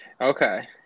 Okay